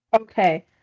Okay